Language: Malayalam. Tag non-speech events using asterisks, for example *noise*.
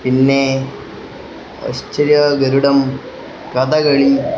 പിന്നെ *unintelligible* കഥകളി